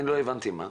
לא הבנתי מה'.